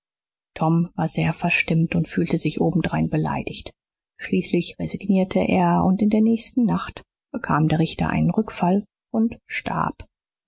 tom war sehr verstimmt und fühlte sich obendrein beleidigt schließlich resignierte er und in der nächsten nacht bekam der richter einen rückfall und starb